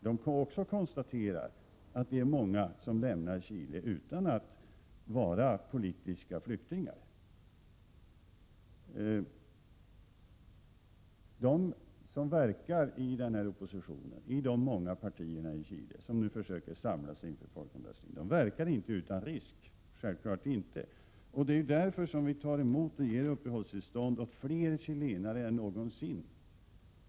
De konstaterar också att många lämnat Chile utan att vara politiska flyktingar. De som verkar i de många oppositionspartierna i Chile och som nu försöker samla sig inför folkomröstningen verkar självfallet inte utan risk. Därför tar vi emot och ger uppehållstillstånd åt fler chilenare än någonsin.